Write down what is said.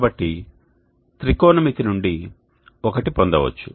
కాబట్టి త్రికోణమితి నుండి ఒకటి పొందవచ్చు